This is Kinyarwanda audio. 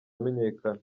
amenyekana